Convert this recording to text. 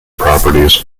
properties